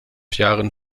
jahren